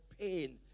pain